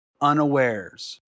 unawares